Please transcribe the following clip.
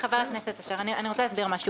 תשמעו, חבר הכנסת אשר, אני רוצה להסביר משהו.